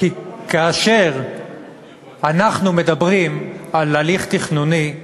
כאשר אנחנו מדברים על הליך תכנוני,